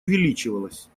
увеличивалось